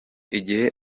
igihe